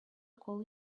call